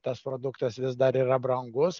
tas produktas vis dar yra brangus